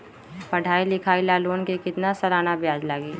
पढाई लिखाई ला लोन के कितना सालाना ब्याज लगी?